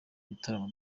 ibitaramo